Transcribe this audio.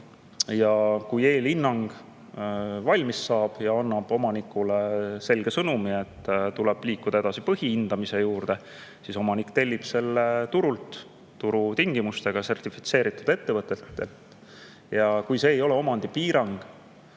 Ja kui eelhinnang valmis saab ja annab omanikule selge sõnumi, et tuleb liikuda edasi põhihindamise juurde, siis omanik tellib selle turult, kus kehtivad turutingimused, sertifitseeritud ettevõtetelt. Kui see ei ole omandipiirang,